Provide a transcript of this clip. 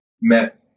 met